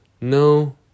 no